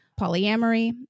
polyamory